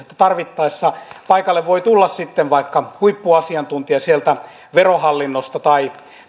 että tarvittaessa paikalle voi tulla sitten vaikka huippuasiantuntija sieltä verohallinnosta tai